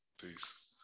Peace